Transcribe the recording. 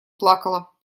плакала